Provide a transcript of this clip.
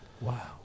Wow